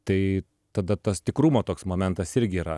tai tada tas tikrumo toks momentas irgi yra